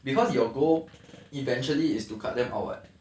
because your goal eventually is to cut them out [what]